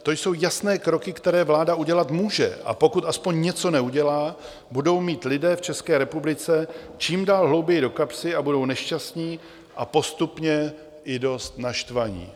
To jsou jasné kroky, které vláda udělat může, a pokud aspoň něco neudělá, budou mít lidé v České republice čím dál hlouběji do kapsy a budou nešťastní a postupně i dost naštvaní.